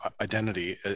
identity